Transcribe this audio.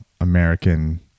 American